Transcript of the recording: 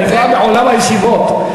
אני בא מעולם הישיבות,